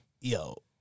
yo